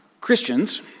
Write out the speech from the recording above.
Christians